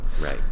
right